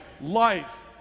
Life